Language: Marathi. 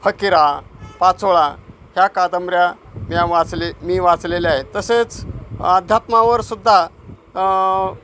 फकीरा पाचोळा ह्या कादंबऱ्या मी वाचले मी वाचलेल्या आहेत तसेच आध्यात्मावरसुद्धा